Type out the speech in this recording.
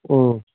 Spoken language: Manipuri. ꯎꯝ